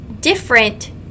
different